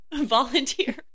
Volunteer